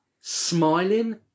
smiling